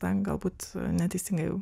ten galbūt neteisingai